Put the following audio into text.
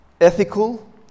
ethical